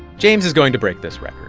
james is going to break this record.